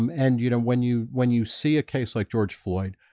um and you know when you when you see a case like george floyd,